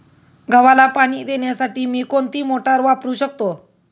गव्हाला पाणी देण्यासाठी मी कोणती मोटार वापरू शकतो?